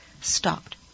stopped